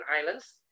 Islands